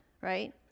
right